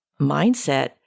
mindset